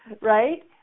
right